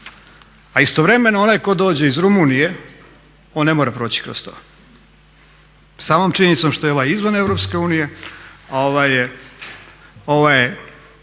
A istovremeno onaj tko dođe iz Rumunije on ne mora proći kroz to, samom činjenicom što je ovaj izvan EU, a ovaj je